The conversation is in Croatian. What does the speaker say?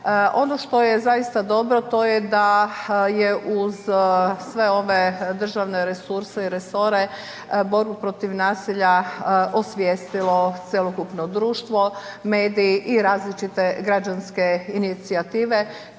Ono što je zaista dobro, to je da je uz sve ove državne resurse i resore, borbe protiv nasilja osvijestilo cjelokupno društvo, mediji i različiti građanske inicijative,